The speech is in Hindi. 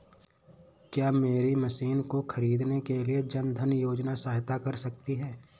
क्या मेरी मशीन को ख़रीदने के लिए जन धन योजना सहायता कर सकती है?